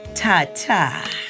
Ta-ta